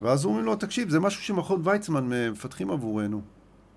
ועזרו ממנו, תקשיב, זה משהו שמכון ויצמן מפתחים עבורנו.